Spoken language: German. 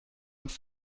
uns